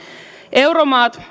euromaat